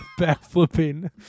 backflipping